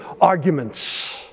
arguments